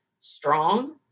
strong